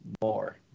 more